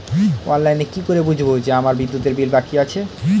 অনলাইনে কি করে বুঝবো যে আমার বিদ্যুতের বিল বাকি আছে?